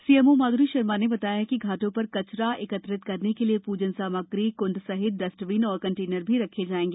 CMO Madhuri Sharma ने बताया घाटों पर कचरा एकत्रित करने के लिए पूजन सामग्री कंड सहित डस्टबिन एवं कंटेनर भी रखे जाएगा